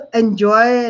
enjoy